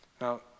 Now